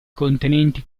contenenti